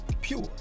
pure